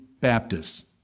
Baptists